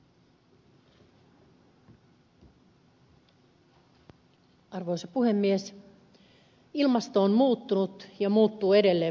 ilmasto on muuttunut ja muuttuu edelleen valtavaa vauhtia